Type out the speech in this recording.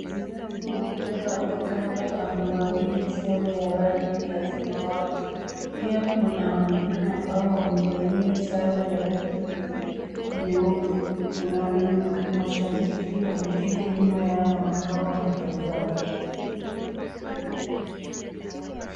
Mchezaji wa mpira wa kikapu amevalia sare ya rangi ya samawati. Pia kuna wengine ambao wamevalia sare ya rangi ya nyeupe. Kuna wenye mashabiki wameketi nyuma yao ambao wanatazama.